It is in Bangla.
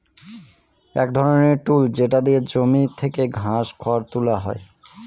এক ধরনের টুল যেটা দিয়ে জমি থেকে ঘাস, খড় তুলা হয়